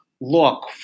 look